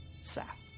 Seth